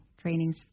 trainings